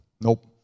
nope